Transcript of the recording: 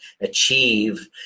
achieve